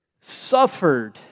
suffered